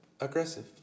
Aggressive